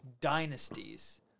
dynasties